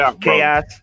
chaos